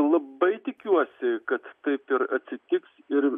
labai tikiuosi kad taip ir atsitiks ir